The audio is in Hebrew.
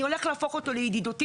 אני הולך להפוך אותו לידידותי.